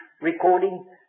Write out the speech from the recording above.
recording